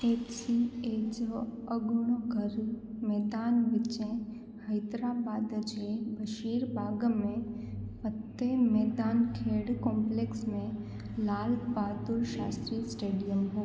HCA जो अगू॒णो घर मैदान विचें हैदराबाद जे बशीरबाग में फतेह मैदानु खेडु॒ कोम्प्लेक्स में लाल बहादुर शास्त्री स्टेडियम हुओ